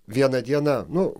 vieną dieną nu